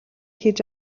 хийж